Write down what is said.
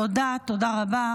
תודה, תודה רבה.